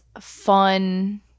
fun